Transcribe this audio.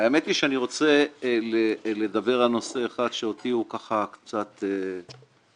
האמת היא שאני רוצה לדבר על נושא אחד שאותי הוא קצת מדהים